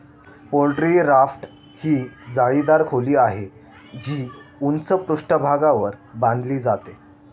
poultry raft ही जाळीदार खोली आहे, जी उंच पृष्ठभागावर बांधली जाते